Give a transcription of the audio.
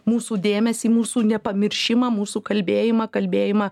mūsų dėmesį mūsų nepamiršimą mūsų kalbėjimą kalbėjimą